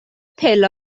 پله